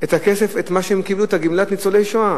את מה שהם קיבלו, את גמלת ניצולי השואה,